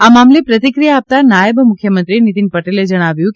આ મામલે પ્રતિક્રીયા આપતાં નાયબ મુખ્યમંત્રી નીતિન પટેલે જણાવ્યું છે